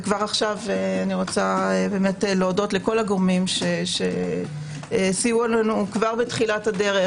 כבר כעת אני מודה לכל הגורמים שסייעו לנו כבר בתחילת הדרך.